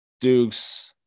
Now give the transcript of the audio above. Dukes